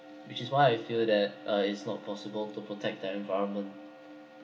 which is why I feel that uh it's not possible to protect the environment